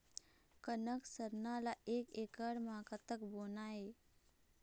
कनक सरना ला एक एकड़ म कतक बोना हे?